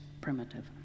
primitive